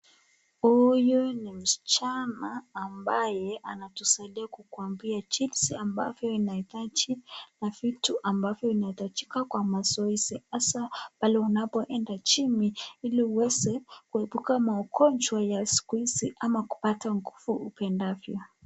Huyu ni msichana ambaye, anatusaidia kukuambia jinsi ambavyo unahitaji na vitu ambavyo vinahitajika kwa mazoezi ,hasa pale unapoenda gym, ili uweze kuepuka mgonjwa ya siku hizi ama uweze kupata nguvu upendavyo.